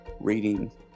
reading